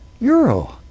euro